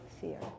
fear